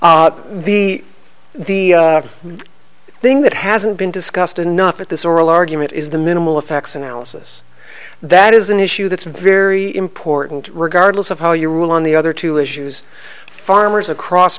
thirty the the thing that hasn't been discussed enough at this oral argument is the minimal effects analysis that is an issue that's very important regardless of how you rule on the other two issues farmers across